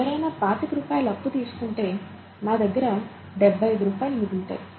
ఎవరైనా పాతిక రూపాయలు అప్పు తీసుకుంటే నా దగ్గర డెబ్బై ఐదు రూపాయలు మిగులుతాయి